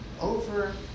over